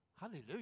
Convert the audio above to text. Hallelujah